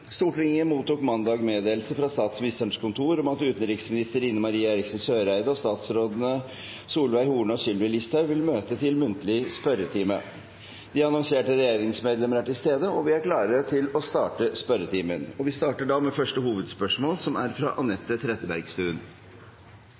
Stortinget mottok mandag meddelelse fra Statsministerens kontor om at utenriksminister Ine M. Eriksen Søreide og statsrådene Solveig Horne og Sylvi Listhaug vil møte til muntlig spørretime. De annonserte regjeringsmedlemmene er til stede, og vi er klare til å starte den muntlige spørretimen. Vi starter da med første hovedspørsmål, som er fra